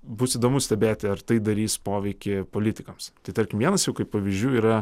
bus įdomu stebėti ar tai darys poveikį politikams tai tarkim vienas jų kaip pavyzdžių yra